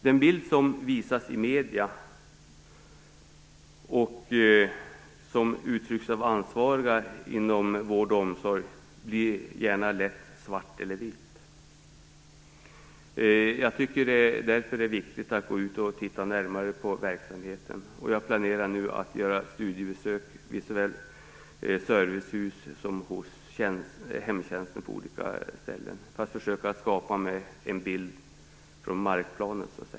Den bild som visas i medier och som förs fram av ansvariga inom vård och omsorg går gärna i svart eller vitt. Därför är det viktigt att gå ut och titta närmare på verksamheten, och jag planerar nu att göra studiebesök såväl på servicehus som hos hemtjänsten på olika ställen för att försöka skapa mig en bild från marknivå.